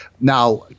Now